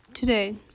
Today